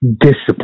discipline